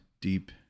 deep